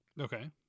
okay